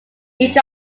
each